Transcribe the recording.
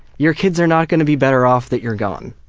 your kids are not gonna be better off that you're gone,